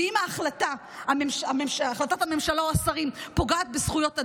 אם החלטת הממשלה או השרים פוגעת בזכויות אדם,